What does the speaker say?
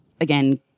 again